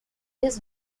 his